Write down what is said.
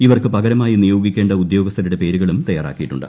ഇവർക്ക് പകരമായി നിയോഗിക്കേണ്ട ഉദ്യോഗസ്ഥരുടെ പേരുകളും തയ്യാറാക്കിയിട്ടുണ്ട്